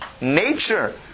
Nature